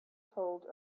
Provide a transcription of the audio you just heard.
told